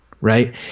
right